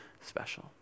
special